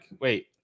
Wait